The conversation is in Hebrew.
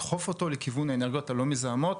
לדחוף אותו לכיוון האנרגיות הלא מזהמות